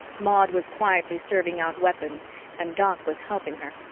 maud was quietly serving out weapons and doc was helping her.